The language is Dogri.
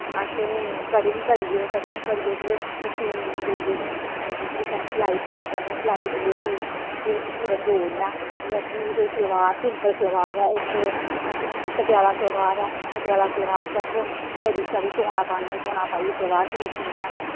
असें गी कटिंग करियै कटिंग करियै फिर मशीन लेइयै ते मशीन लेइयै फिर उस्सी अस सलाई करना चाह्ने सलाई जिसले होग फिर उस्सी पूरा जोड़ना ऐ जि'यां कि कोई सलवार सिंपल सलवार ऐ इक मतलब कि पटिआला सलवार ऐ पटिआला सलवार च अस बड़ी सारी चौना पाने चौना पाइयै सलवार पूरी सीने आं